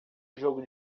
jogo